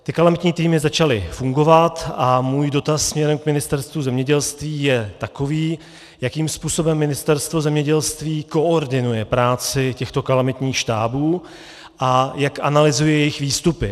Ty kalamitní týmy začaly fungovat a můj dotaz směrem k Ministerstvu zemědělství je takový: Jakým způsobem Ministerstvo zemědělství koordinuje práci těchto kalamitních štábů a jak analyzuje jejich výstupy?